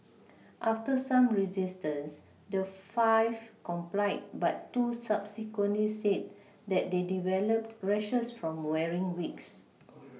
after some resistance the five complied but two subsequently said that they developed rashes from wearing wigs